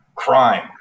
crime